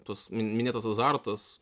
tas minėtas azartas